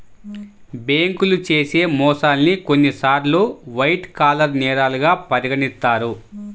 బ్యేంకులు చేసే మోసాల్ని కొన్నిసార్లు వైట్ కాలర్ నేరాలుగా పరిగణిత్తారు